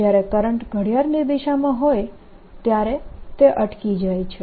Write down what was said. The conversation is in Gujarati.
જ્યારે કરંટ ઘડિયાળની દિશામાં હોય ત્યારે તે અટકી જાય છે